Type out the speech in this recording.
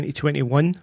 2021